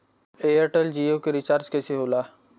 Airtel Jio के रिचार्ज कैसे होला?